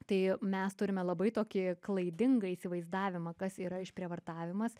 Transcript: tai mes turime labai tokį klaidingą įsivaizdavimą kas yra išprievartavimas